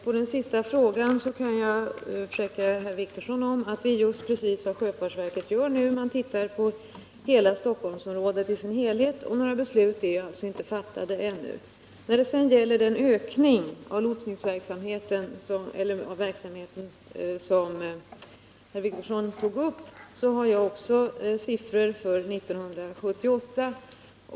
Herr talman! Jag kan försäkra Åke Wictorsson om att det är just vad sjöfartsverket nu gör. Man studerar Stockholmsområdet i dess helhet. Några beslut har alltså ännu inte fattats. När det gäller ökningen av lotsningsverksamheten, som herr Wictorsson tog upp, så har jag också siffrorna för 1978.